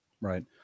Right